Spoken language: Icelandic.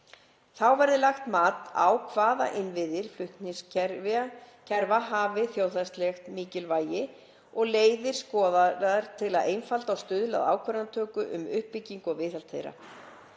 Þá verði lagt mat á hvaða innviðir flutningskerfa hafi þjóðhagslegt mikilvægi og leiðir skoðaðar til að einfalda og stuðla að ákvarðanatöku um uppbyggingu og viðhald þeirra.